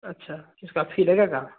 अच्छा इसका फी लगेगा